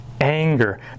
anger